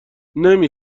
نمی